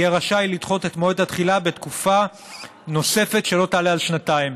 יהיה רשאי לדחות את מועד התחילה בתקופה נוספת שלא תעלה על שנתיים.